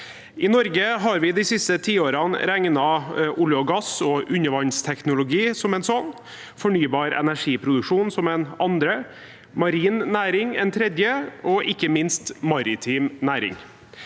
I Norge har vi de siste tiårene regnet olje og gass og undervannsteknologi som én sånn, fornybar energiproduksjon som en annen, marin næring som en tredje – og ikke minst maritim næring.